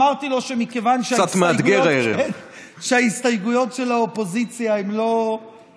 אמרתי לו שמכיוון שההסתייגויות של האופוזיציה הן לא רציניות,